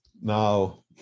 now